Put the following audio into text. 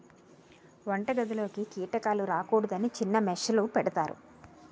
వంటగదిలోకి కీటకాలు రాకూడదని చిన్న మెష్ లు పెడతారు